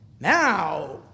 Now